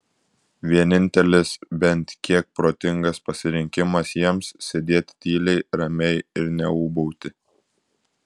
vienintelis bent kiek protingas pasirinkimas jiems sėdėti tyliai ramiai ir neūbauti